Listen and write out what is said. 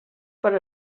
per